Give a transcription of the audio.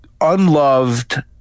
unloved